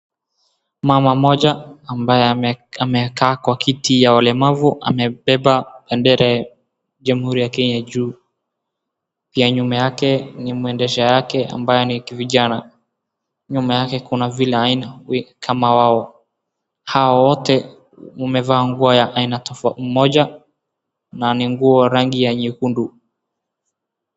Mama mmoja ambaye amekaa kwa kiti ya walemavu amebeba bendera ya jamuhuri ya kenya juu. Nyuma yake ni mwendeshaji wake ambaye ni kijana. nyuma yake kuna laini ya walemavu kama wao. Hawa wote wamevaa nguo ya aina moja na ni nguo rangi ya nyekundu.